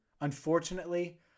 Unfortunately